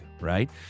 right